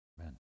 Amen